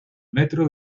metro